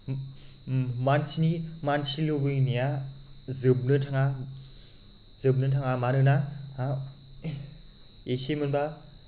मानसिनि लुबैनाया जोबनो थांङा मानोना इसे मोनबा